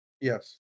Yes